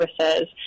services